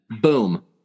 boom